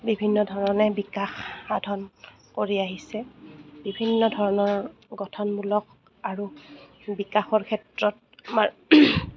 বিভিন্ন ধৰণে বিকাশ সাধন কৰি আহিছে বিভিন্ন ধৰণৰ গঠনমূলক আৰু বিকাশৰ ক্ষেত্ৰত আমাৰ